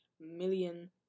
million